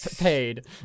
paid